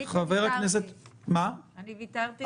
אני ויתרתי.